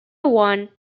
one